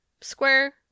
square